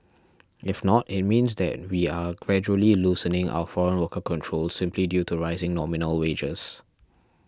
if not it means that we are gradually loosening our foreign worker controls simply due to rising nominal wages